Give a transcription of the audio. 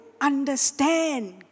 understand